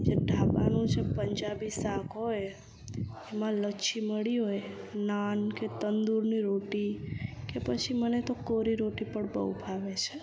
જે ઢાબાનું જે પંજાબી શાક હોય એમાં લસ્સી મળી હોય નાન કે તંદૂરની રોટી કે પછી મને તો કોરી રોટી પણ બહુ ભાવે છે